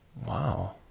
Wow